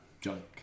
junk